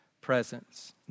presence